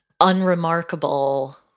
unremarkable –